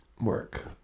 work